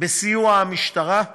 בסיוע המשטרה,